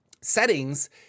settings